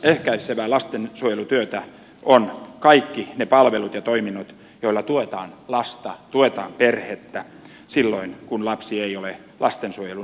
ehkäisevää lastensuojelutyötä ovat kaikki ne palvelut ja toiminnot joilla tuetaan lasta tuetaan perhettä silloin kun lapsi ei ole vielä lastensuojelun asiakkaana